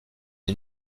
est